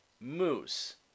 Moose